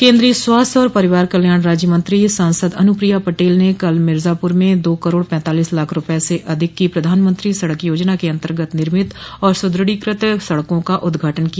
केन्द्रीय स्वास्थ्य और परिवार कल्याण राज्य मंत्री सांसद अनुप्रिया पटेल ने कल मिर्जापुर में दो करोड़ पैतालीस लाख रूपये से अधिक की प्रधानमंत्री सड़क योजना के अन्तर्गत निर्मित और सुदृढ़ीकृत सड़कों का उद्घाटन किया